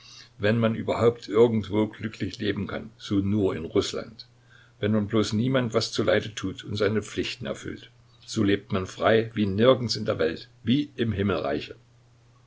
wenn man überhaupt irgendwo glücklich leben kann so nur in rußland wenn man bloß niemand was zuleide tut und seine pflichten erfüllt so lebt man so frei wie nirgends in der welt wie im himmelreiche